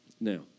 Now